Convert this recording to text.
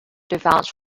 defence